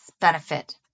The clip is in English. benefit